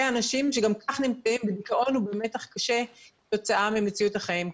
אנשים שגם כך נמצאים בדיכאון ובמתח קשה כתוצאה מ\מציאות החיים כאן.